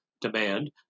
demand